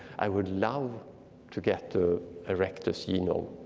i would love to get to erectus genome.